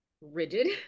rigid